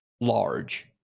large